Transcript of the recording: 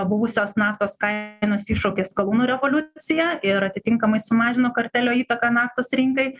buvusios naftos kainos iššaukė skalūnų revoliuciją ir atitinkamai sumažino kartelio įtaką naftos rinkai